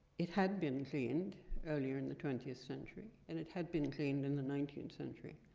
it had been cleaned earlier in the twentieth century and it had been cleaned in the nineteenth century.